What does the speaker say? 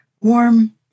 warm